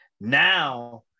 now